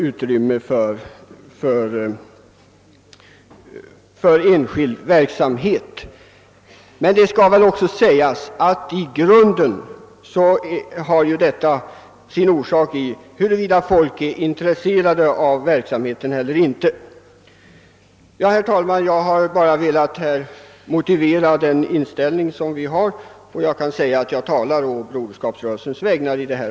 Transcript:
Däremot kan det sägas att i grunden beror givmildheten på om människor är intresserade av den verksamhet det gäller eller inte. Herr talman! Jag har här bara velat motivera vår inställning, och jag kan säga att jag i det avseendet har talat på Broderskapsrörelsens vägnar.